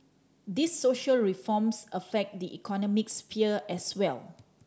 these social reforms affect the economic sphere as well